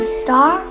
star